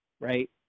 right